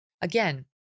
Again